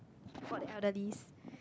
for the elderlies